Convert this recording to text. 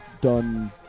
done